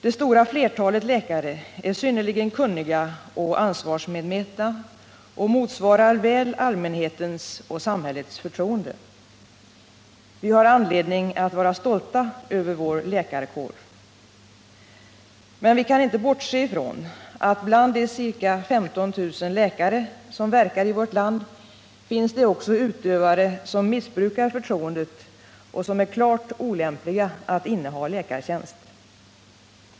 Det stora flertalet läkare är synnerligen kunniga och ansvarsmedvetna och motsvarar väl allmänhetens och samhällets förtroende. Vi har anledning att vara stolta över vår läkarkår. Men vi kan inte bortse ifrån att bland de ca 15 000 läkare som verkar i vårt land finns det också utövare som missbrukar förtroendet och som är klart olämpliga att inneha läkartjänst.